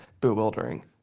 bewildering